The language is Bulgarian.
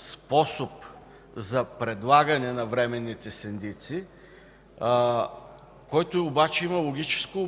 способ за предлагане на временните синдици, който обаче има логично